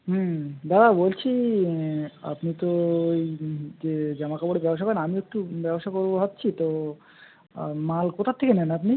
হুম দাদা বলছি আপনি তো এই যে জামা কাপড়ের ব্যবসা করেন আমিও একটু ব্যবসা করবো ভাবছি তো মাল কোথা থেকে নেন আপনি